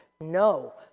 no